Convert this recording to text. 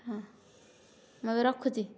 ହଁ ମୁଁ ଏବେ ରଖୁଛି